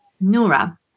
Nora